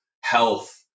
health